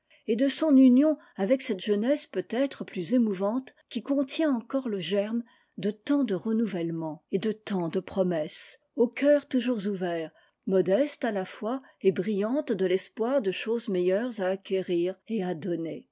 et de son union avec cette jeunesse peut-être plus émouvante qui contient encore le germe de tant de renouvellements et de tant de promesses au cœur toujours ouvert modeste à la fois et brillante de l'espoir de choses meilleures à acquérir et à donner